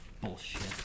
Bullshit